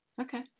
okay